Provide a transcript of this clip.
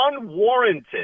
unwarranted